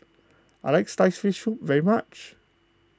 I like Sliced Fish Soup very much